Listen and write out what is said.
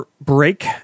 break